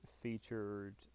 featured